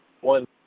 one